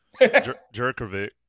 Jerkovic